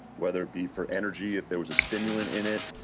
whether it be for energy if there was a stimulant in it.